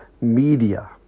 media